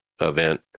event